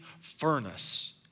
furnace